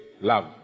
Love